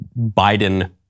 Biden